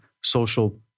social